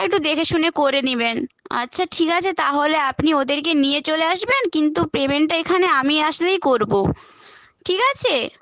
একটু দেখেশুনে করে নেবেন আচ্ছা ঠিক আছে তাহলে আপনি ওদেরকে নিয়ে চলে আসবেন কিন্তু পেমেন্টটা এখানে আমি আসলেই করব ঠিক আছে